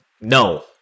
No